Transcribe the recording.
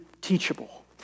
teachable